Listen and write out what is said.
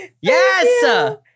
yes